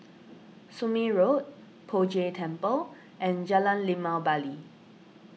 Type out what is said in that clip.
Somme Road Poh Jay Temple and Jalan Limau Bali